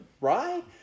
right